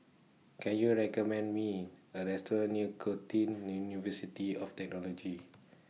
Can YOU recommend Me A Restaurant near Curtin University of Technology